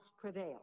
prevail